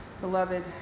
beloved